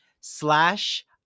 slash